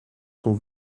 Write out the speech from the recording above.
sont